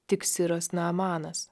tik siras naamanas